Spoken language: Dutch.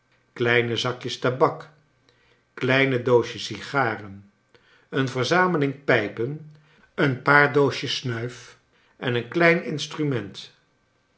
kleine zakjes tabak kleine doosjes sigaren een verzameling pijpen een paar doosjes snuif en een klein instrument